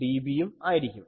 26dB യും ആയിരിക്കും